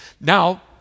Now